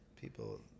People